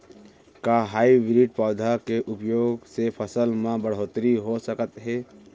का हाइब्रिड पौधा के उपयोग से फसल म बढ़होत्तरी हो सकत हे?